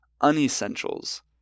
unessentials